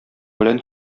белән